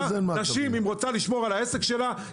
אם אישה רוצה לשמור על העסק שלה,